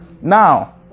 now